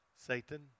Satan